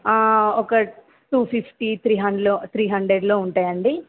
ఒక two fifty three హండ్రెడ్లో three హండ్రెడ్లో ఉంటాయండి